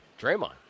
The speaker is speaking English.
Draymond